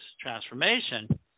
transformation